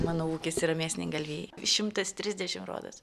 mano ūkis yra mėsiniai galvijai šimtas trisdešimt rodos